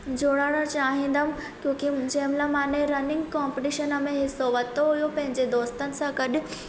जुड़णु चाहींदमि कयोकी जंहिंहिल माने रनिंग कॉम्पिटिशन में हिसो वरितो हुओ पंहिंजे दोस्तनि सां गॾु